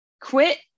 quit